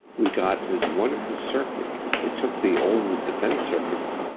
we got this wonderful circuit that took the old defense circuits,